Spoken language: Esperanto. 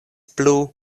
plu